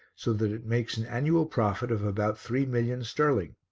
so that it makes an annual profit of about three million sterling.